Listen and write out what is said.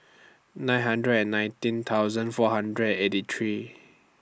nine hundred and nineteen thousand four hundred and eighty three